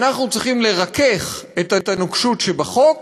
אנחנו צריכים לרכך את הנוקשות שבחוק